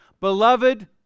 beloved